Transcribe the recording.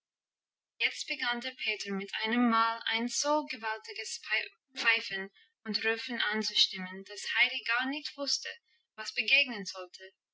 jetzt begann der peter mit einem mal ein so gewaltiges pfeifen und rufen anzustimmen dass heidi gar nicht wusste was begegnen sollte